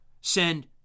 send